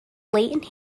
latent